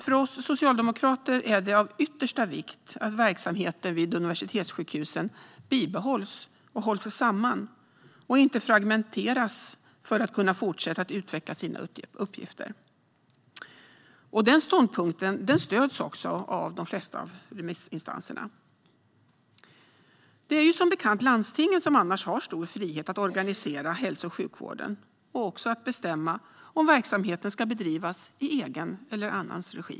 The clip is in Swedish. För oss socialdemokrater är det av yttersta vikt att verksamheten vid universitetssjukhusen bibehålls, hålls samman och inte fragmenteras för att man ska kunna fortsätta utveckla sina uppgifter. Den ståndpunkten stöds också av de flesta av remissinstanserna. Landstingen har som bekant stor frihet att organisera hälso och sjukvården liksom att bestämma om verksamheten ska bedrivas i egen eller andras regi.